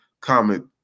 comment